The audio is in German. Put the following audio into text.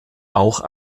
auch